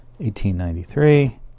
1893